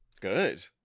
Good